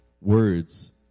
words